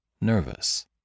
nervous